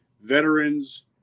veterans